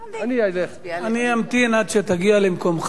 אני אמתין עד שתגיע למקומך.